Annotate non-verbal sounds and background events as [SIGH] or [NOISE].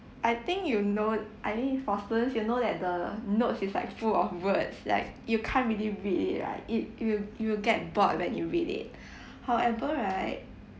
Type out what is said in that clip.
I think you know I mean for students you know that the notes is like full of words like you can't really read it right it it will it will get bored that you read it [BREATH] however right